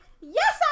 yes